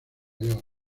york